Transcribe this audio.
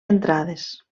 entrades